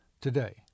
today